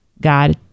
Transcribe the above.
God